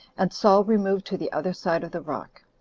and saul removed to the other side of the rock.